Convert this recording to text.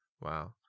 Wow